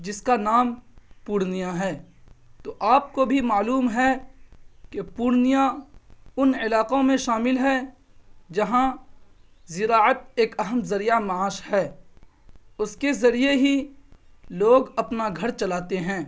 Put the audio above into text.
جس کا نام پورنیہ ہے تو آپ کو بھی معلوم ہے کہ پورنیہ ان علاقوں میں شامل ہے جہاں ذراعت ایک اہم ذریعہ معاش ہے اس کے ذریعے ہی لوگ اپنا گھر چلاتے ہیں